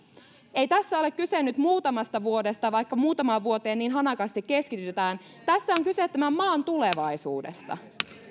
ei tässä ole kyse nyt muutamasta vuodesta vaikka muutamaan vuoteen niin hanakasti keskitytään tässä on kyse tämän maan tulevaisuudesta